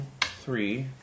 three